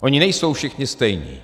Oni nejsou všichni stejní.